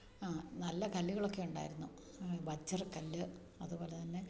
ആ നല്ല കല്ലുകളൊക്കെ ഉണ്ടായിരുന്നു വജ്രക്കൽ അതുപോലെ തന്നെ